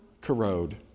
corrode